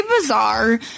bizarre